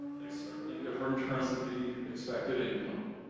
they certainly differ in terms of the expected income,